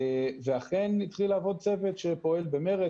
ואכן התחיל לעבוד צוות שפועל במרץ.